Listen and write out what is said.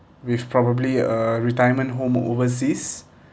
with probably a retirement home overseas